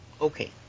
okay